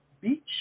Beach